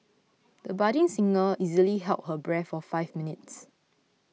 the budding singer easily held her breath for five minutes